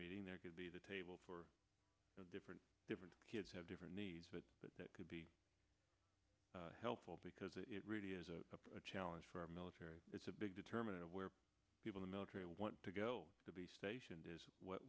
meeting there could be the table for different different kids have different needs but that could be helpful because it really is a challenge for our military it's a big determinant of where people the military want to go to be stationed is what